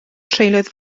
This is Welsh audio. treuliodd